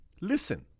listen